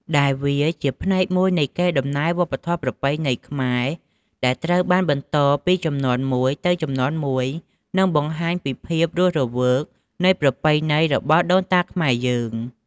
ដែលវាជាផ្នែកមួយនៃកេរដំណែលវប្បធម៌ប្រពៃណីខ្មែរ ដែលត្រូវបានបន្តពីជំនាន់មួយទៅជំនាន់មួយនិងបង្ហាញពីភាពរស់រវើកនៃប្រពៃណីរបស់ដូនតាខ្មែរយើង។